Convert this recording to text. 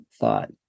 thought